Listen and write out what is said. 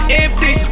empty